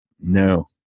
no